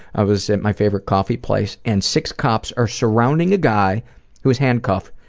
i was at my favorite coffee place and six cops are surrounding a guy who is handcuffed,